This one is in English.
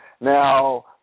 Now